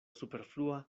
superflua